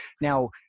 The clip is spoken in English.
now